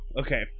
okay